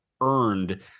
earned